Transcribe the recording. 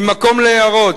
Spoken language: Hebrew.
עם מקום להערות.